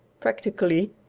practically,